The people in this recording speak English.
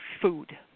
food